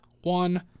one